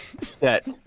set